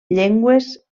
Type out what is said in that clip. llengües